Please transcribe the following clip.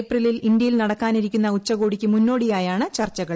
ഏപ്രിലിൽ ഇന്തൃയിൽ നടക്കാനിരിക്കുന്ന ഉച്ചകോടിക്ക് മുന്നോടിയായാണ് ചർച്ചകൾ